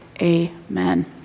Amen